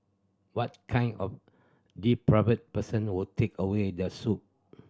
what kind of depraved person would take away the soup